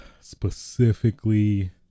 specifically